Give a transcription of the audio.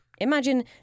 Imagine